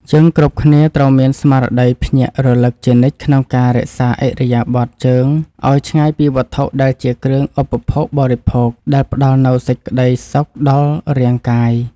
យើងគ្រប់គ្នាត្រូវមានស្មារតីភ្ញាក់រលឹកជានិច្ចក្នុងការរក្សាឥរិយាបថជើងឱ្យឆ្ងាយពីវត្ថុដែលជាគ្រឿងឧបភោគបរិភោគដែលផ្តល់នូវសេចក្តីសុខដល់រាងកាយ។